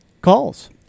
Calls